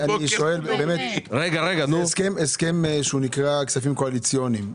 זה הסכם שנקרא כספים קואליציוניים.